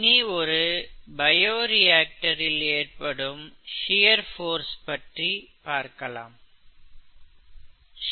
இனி ஒரு பயோரியாக்டரில் ஏற்படும் ஷியர் போர்ஸ் பற்றி பார்க்கலாம்